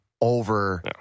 over